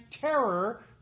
terror